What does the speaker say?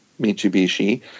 Mitsubishi